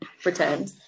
pretend